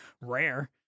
rare